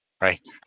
right